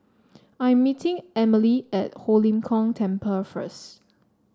I'm meeting Emelie at Ho Lim Kong Temple first